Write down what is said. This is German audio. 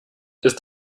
ist